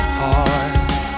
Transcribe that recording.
heart